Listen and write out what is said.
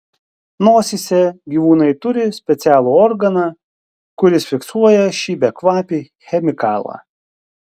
nosyse gyvūnai turi specialų organą kuris fiksuoja šį bekvapį chemikalą